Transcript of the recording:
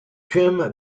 jim